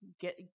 get